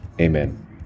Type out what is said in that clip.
amen